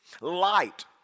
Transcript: Light